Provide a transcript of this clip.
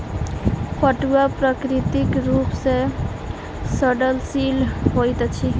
पटुआ प्राकृतिक रूप सॅ सड़नशील होइत अछि